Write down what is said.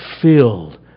filled